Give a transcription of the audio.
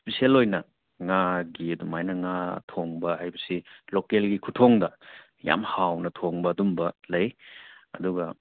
special ꯑꯣꯏꯅ ꯉꯥꯒꯤ ꯑꯗꯨꯃꯥꯏꯅ ꯉꯥ ꯊꯣꯡꯕ ꯍꯥꯏꯕꯁꯤ ꯂꯣꯀꯦꯜꯒꯤ ꯈꯨꯊꯣꯡꯗ ꯌꯥꯝ ꯍꯥꯎꯅ ꯊꯣꯡꯕ ꯑꯗꯨꯝꯕ ꯂꯩ ꯑꯗꯨꯒ